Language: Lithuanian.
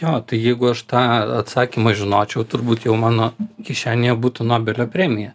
jo tai jeigu aš tą atsakymą žinočiau turbūt jau mano kišenėje būtų nobelio premija